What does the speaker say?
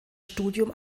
studium